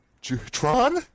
Tron